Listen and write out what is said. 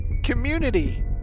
Community